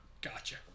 Gotcha